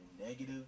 negative